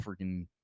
freaking